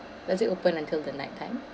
does it open until the night time